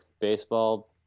baseball